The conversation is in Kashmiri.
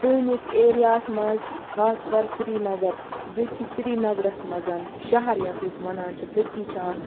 سٲنِس ایٚریاہَس مَنٛز خاص کَر سرینَگر ییٚتہِ چھِ سرینَگرَس مَنٛز شَہَر یتھ أسۍ وَنان چھِ تٔتی چھُ اکھ